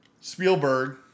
Spielberg